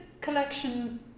collection